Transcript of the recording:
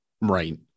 Right